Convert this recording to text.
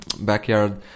backyard